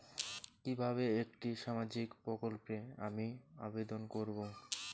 কিভাবে একটি সামাজিক প্রকল্পে আমি আবেদন করব?